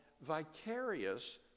vicarious